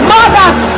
Mothers